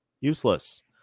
useless